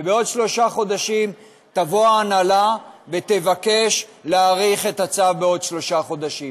ובעוד שלושה חודשים תבוא ההנהלה ותבקש להאריך את הצו בעוד שלושה חודשים.